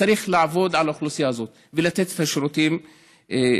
צריך לעבוד על האוכלוסייה הזאת ולתת את השירותים שם.